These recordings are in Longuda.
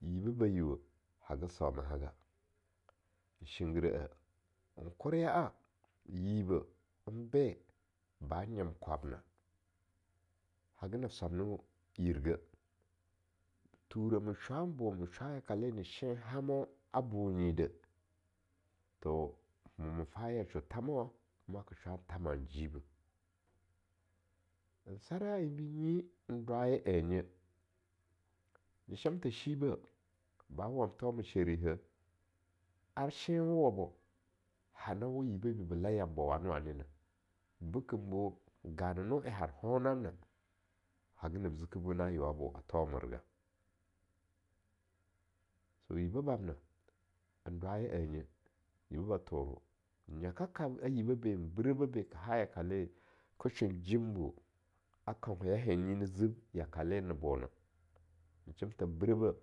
Yibeh ba yiuweh haga sauma haga shinggire eh, n korya'a yibeh nbe ba nye, kwabna, haga nab swamno yir geh, thureh me shwa n bo ma shwa yakale ne shon hamo a bo nyi de, to mo ma fa yasho thamawa kuma ka shwan thama n jibeh, n sarya enbi nyi n dwaya ennye, ne shimtha shibeh ba wan thoma sherihah ar shenwa wa bo hana we yibeh be bella yambo wane-wanena, bekembo ganano en har honnamna haga nab ziki bena yeowa bona thomerge, so yibeh bamna ndwaya annye, yibeh ba Toro, nyaka a yibeh be en breh ba be ka ha yakale, ke shon njimbu a kauheya hen nyi ni zib yakale ne bona, na shemtha nbreh bah,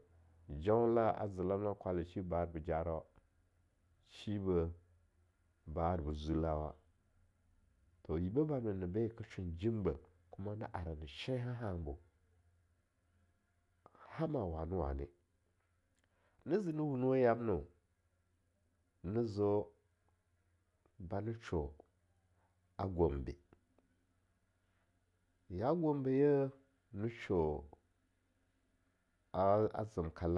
jaunda a zelemlan kwanle shibe ba arbe jarawa, shi beh ba arbo zulawa; To yibeh bamna na be ka shon jimbeh kuma na ara na shen-hanbo n hama wane-wane, ne ze ni wunweh yamno ne zeo banesho a Gombe, ya Gombe yeh ne sho a a Zem kalame.